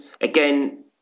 Again